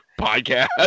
Podcast